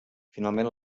finalment